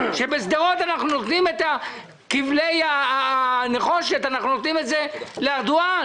שבשדרות אנחנו נותנים את כבלי הנחושת לארדואן.